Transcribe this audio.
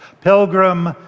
pilgrim